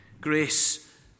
grace